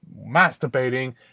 masturbating